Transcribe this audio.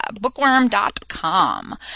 Bookworm.com